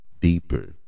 deeper